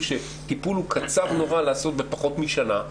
שטיפול הוא קצר נורא לעשות בפחות משנה,